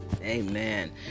Amen